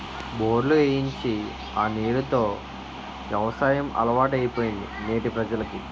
బోర్లు ఏయించి ఆ నీరు తో యవసాయం అలవాటైపోయింది నేటి ప్రజలకి